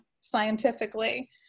scientifically